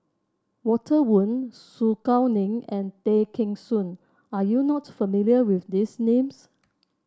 Walter Woon Su Guaning and Tay Kheng Soon Are you not familiar with these names